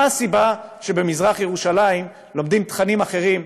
מה הסיבה שבמזרח-ירושלים לומדים תכנים אחרים,